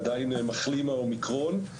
עדיין מחלים מהאומיקרון.